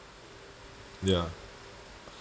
ya